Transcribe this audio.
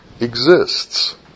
exists